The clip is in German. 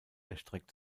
erstreckt